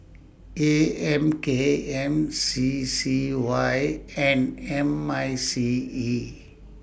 A M K M C C Y and M I C E